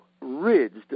ridged